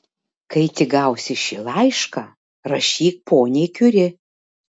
kai tik gausi šį laišką rašyk poniai kiuri